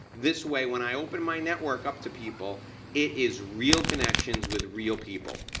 this way when i open my network up to people it is real connections with real people.